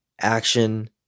action